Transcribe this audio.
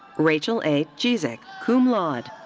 rachel a. jezek, cum laude.